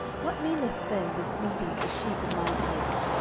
what meaneth then this bleating of the sheep in mine ears,